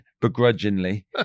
begrudgingly